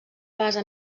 base